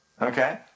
Okay